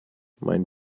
mein